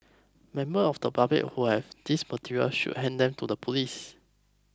members of the public who have these materials should hand them to the police